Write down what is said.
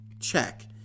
Check